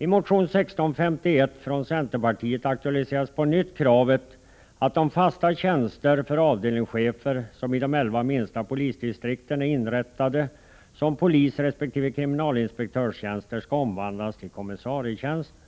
I motion 1651 från centerpartiet aktualiseras på nytt kravet på att de fasta tjänster för avdelningschefer som i de elva minsta polisdistrikten är inrättade som polisresp. kriminalinspektörstjänster skall omvandlas till kommissarietjänster.